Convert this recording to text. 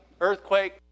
earthquake